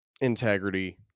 integrity